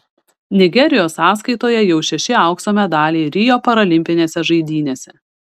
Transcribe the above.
nigerijos sąskaitoje jau šeši aukso medaliai rio paralimpinėse žaidynėse